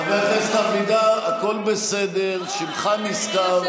חבר הכנסת אבידר, הכול בסדר, שמך נזכר.